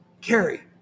Carrie